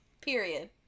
Period